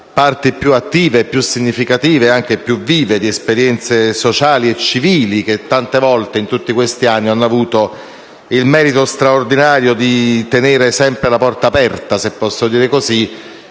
parti più attive, più significative e anche più vive di esperienze sociali e civili in tutti questi anni hanno avuto il merito straordinario di tenere sempre la porta aperta - se così